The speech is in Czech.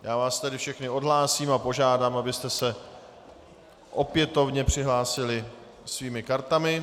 Já vás všechny odhlásím a požádám, abyste se opětovně přihlásili svými kartami.